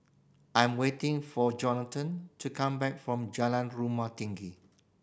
I'm waiting for Jonathon to come back from Jalan Rumah Tinggi